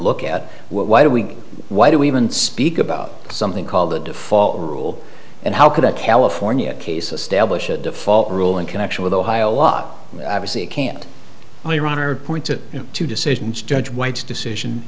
look at why do we why do we even speak about something called the default rule and how could that california case establish a default rule in connection with ohio a lot obviously it can't be run or point to two decisions judge white's